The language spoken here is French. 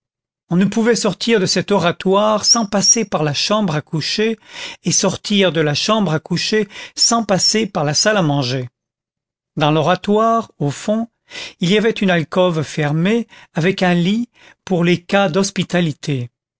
on ne pouvait sortir de cet oratoire sans passer par la chambre à coucher et sortir de la chambre à coucher sans passer par la salle à manger dans l'oratoire au fond il y avait une alcôve fermée avec un lit pour les cas d'hospitalité